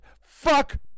Fuck